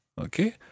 Okay